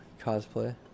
cosplay